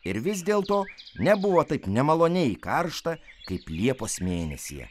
ir vis dėl to nebuvo taip nemaloniai karšta kaip liepos mėnesyje